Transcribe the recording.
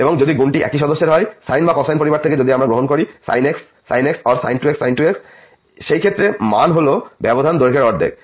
এবং যদি গুণটি একই সদস্যের হয় সাইন বা কোসাইন পরিবার থেকে যদি আমরা গ্রহণ করি sin x sin x or sin 2x sin 2x সেই ক্ষেত্রে মান হল ব্যবধান দৈর্ঘ্যের অর্ধেক